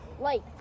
Light